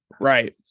right